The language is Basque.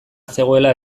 zegoela